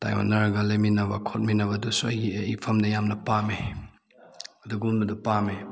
ꯇꯥꯏꯑꯣꯟꯅꯔꯒ ꯂꯩꯃꯤꯟꯅꯕ ꯈꯣꯠꯃꯤꯟꯅꯕꯗꯨꯁꯨ ꯑꯩꯒꯤ ꯏꯐꯝꯗ ꯌꯥꯝꯅ ꯄꯥꯝꯏ ꯑꯗꯨꯒꯨꯝꯕꯗꯨ ꯄꯥꯝꯏ